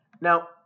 Now